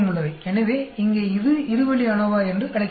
எனவே இங்கே இது இரு வழி அநோவா என்று அழைக்கப்படுகிறது